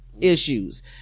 issues